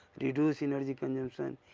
reduced energy consumption,